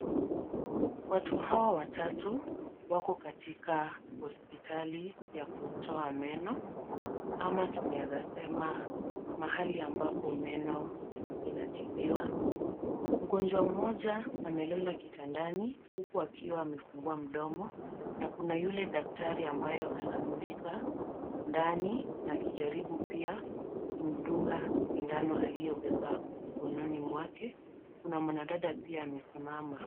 Watu hawa watatu wako katika hospitali ya kutoa meno, ama tunaweza sema, mahali ambapo meno inatibiwa. Mgonjwa mmoja amelala kitandani huku akiwa amefungua mdomo na kuna yule daktari ambayo anamulika ndani na akijaribu pia kumdunga sindano aliyobeba mkononi mwake, kuna mwanadada pia amesimama.